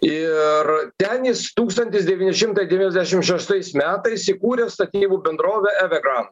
ir ten jis tūkstantis devyni šimtai devyniasdešim šeštais metais įkūrė statybų bendrovę evegran